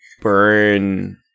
burn